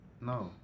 No